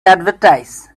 advertise